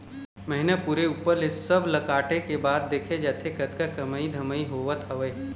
महिना पूरे ऊपर ले सब ला काटे के बाद देखे जाथे के कतका के कमई धमई होवत हवय